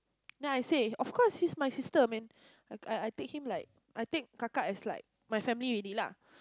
then I say of course she's my sister man I I take him like I take kaka as like my family already lah